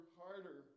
harder